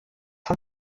von